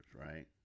right